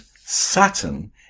Saturn